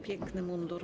Piękny mundur.